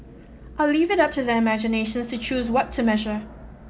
I'll leave it up to their imaginations to choose what to measure